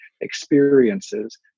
experiences